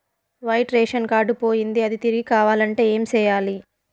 white ration card పోయింది అది తిరిగి కావాలంటే ఏం సేయాలి